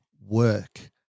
work